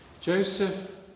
Joseph